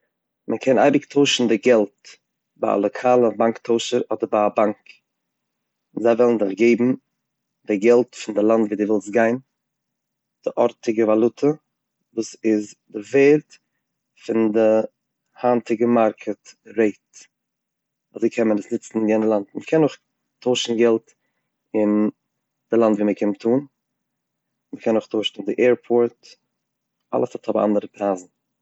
מ'קען אייביג טוישן די געלט ביי א לאקאלע באנק טוישער אדער ביי א באנק, זיי וועלן דיך געבן די געלט פון די לאנד ווי דו ווילסט גיין, די ארטיגע וואלוטע וואס איז די ווערד פון די היינטיגע מארקעט, רעיט, אזוי קען מען עס ניצן אין יענע לאנד, מ'קען אויך טוישן געלט אין די לאנד ווי מ'קומט אן, מ'קען אויך טוישן אין די עירפורט אלעס האט אבער א אנדערע פרייז.